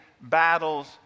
battles